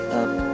up